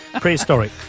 prehistoric